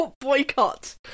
Boycott